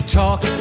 talk